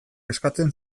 eskatzen